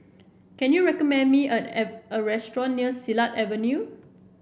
can you recommend me at every a restaurant near Silat Avenue